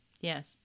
Yes